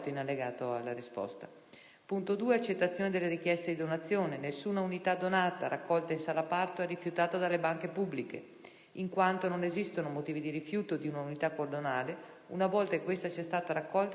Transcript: la accettazione delle richieste di donazione. Nessuna unità donata raccolta in sala parto è rifiutata dalle banche pubbliche, in quanto non esistono motivi di rifiuto di una unità cordonale, una volta che questa sia stata raccolta e trasportata presso la banca.